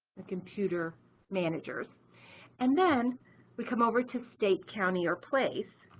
the computer managers and then we come over to state, county or place